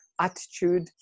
attitude